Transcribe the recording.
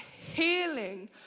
healing